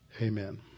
Amen